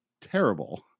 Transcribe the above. terrible